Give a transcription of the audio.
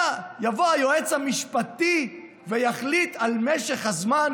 יבוא היועץ המשפטי ויחליט על משך הזמן?